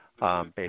Based